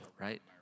right